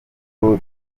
rwo